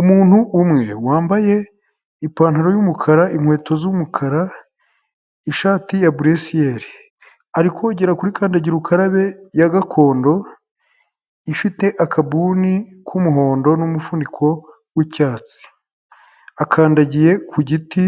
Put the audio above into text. Umuntu umwe wambaye ipantaro y'umukara inkweto z'umukara, ishati ya buresiyeli ari kogera kuri kandagira ukarabe ya gakondo ifite akabuni k'umuhondo n' numufuniko wicyatsi, akandagiye ku giti